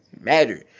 matter